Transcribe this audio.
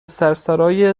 سرسرای